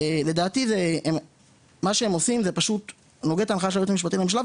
לדעתי מה שהם עושים זה פשוט נוגד את ההנחיה של היועץ המשפטי לממשלה.